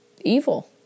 evil